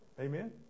amen